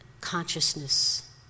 consciousness